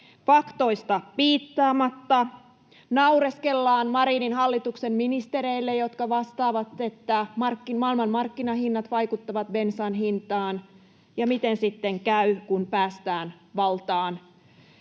faktoista piittaamatta, naureskellaan Marinin hallituksen ministereille, jotka vastaavat, että maailmanmarkkinahinnat vaikuttavat bensan hintaan. Ja miten sitten käy, kun päästään valtaan?